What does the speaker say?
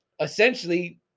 essentially